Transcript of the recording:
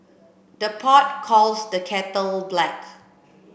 the pot calls the kettle black